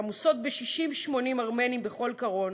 "עמוסות 60 80 ארמנים בכל קרון"